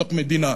בתוך מדינה,